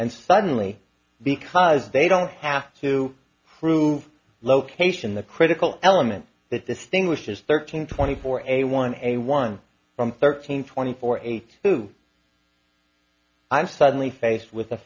and suddenly because they don't have to prove location the critical element that distinguishes thirteen twenty four and a one a one from thirteen twenty four eight two i'm suddenly faced